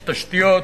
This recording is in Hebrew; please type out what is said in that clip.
יש תשתיות,